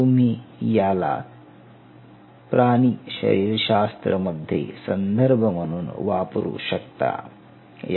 तुम्ही याला प्राणी शरीरशास्त्र मध्ये संदर्भ म्हणून वापरू शकता